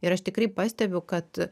ir aš tikrai pastebiu kad